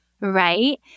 right